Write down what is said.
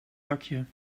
dakje